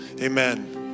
amen